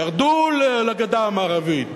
ירדו לגדה המערבית,